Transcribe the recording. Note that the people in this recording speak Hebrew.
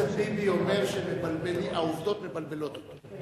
חבר הכנסת ביבי אומר שהעובדות מבלבלות אותו.